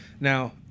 Now